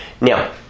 Now